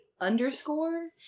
underscore